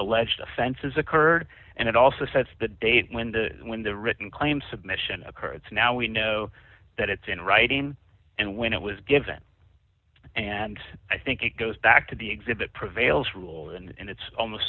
alleged offenses occurred and it also sets the date when the when the written claim submission occurred so now we know that it's in writing and when it was given and i think it goes back to the exhibit prevails rule and it's almost